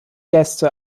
gäste